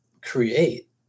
create